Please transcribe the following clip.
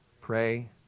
pray